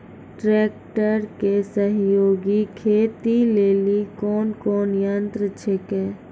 Tractor के सहयोगी खेती लेली कोन कोन यंत्र छेकै?